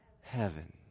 heaven